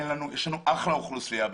יש לנו אחלה אוכלוסייה בצפת.